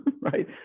right